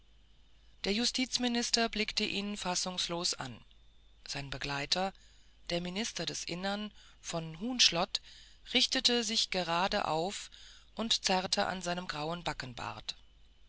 der justizminister blickte ihn fassungslos an sein begleiter der minister des innern von huhnschlott richtete sich gerade auf und zerrte an seinem grauen